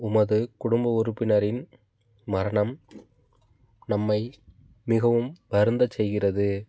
உமது குடும்ப உறுப்பினரின் மரணம் நம்மை மிகவும் வருந்தச் செய்கிறது